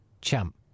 Champ